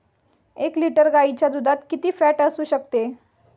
एक लिटर गाईच्या दुधात किती फॅट असू शकते?